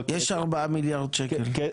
יש 4 מיליארד שקל, התגמולים.